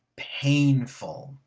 painful.